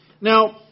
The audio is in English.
Now